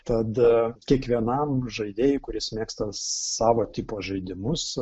tad kiekvienam žaidėjui kuris mėgsta savo tipo žaidimus